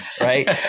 right